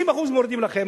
50% מורידים לכם.